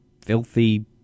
filthy